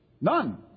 none